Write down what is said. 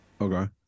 Okay